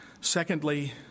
Secondly